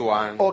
one